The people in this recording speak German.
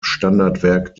standardwerk